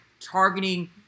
targeting